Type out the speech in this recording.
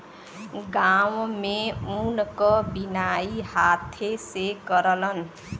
गांव में ऊन क बिनाई हाथे से करलन